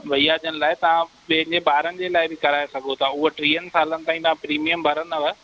भैया जनि लाइ तव्हां पंहिंजे ॿारनि जे लाइ बि कराए सघो था हूअ टीहनि सालनि ताईं तव्हां प्रीमियम भरंदव